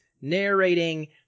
narrating